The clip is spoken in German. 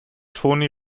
tony